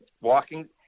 walking